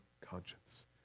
conscience